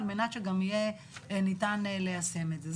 על מנת שגם יהיה ניתן ליישם את זה.